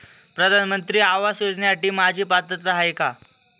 प्रधानमंत्री आवास योजनेसाठी माझी पात्रता आहे का?